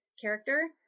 character